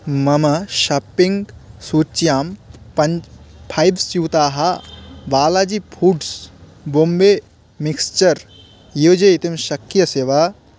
मम शाप्पिङ्ग् सूच्यां पञ्च फैव् स्यूताः बालाजी फूड्स् बोम्बे मिक्स्चर् योजयितुं शक्यसे वा